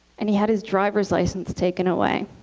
and he had his driver's license taken away.